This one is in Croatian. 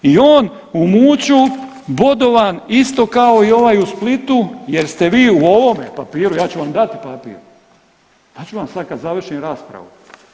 I on u Muću bodovan isto kao i ovaj u Splitu, jer ste vi u ovome papiru, ja ću vam dati papir, dat ću vam sad kad završim raspravu.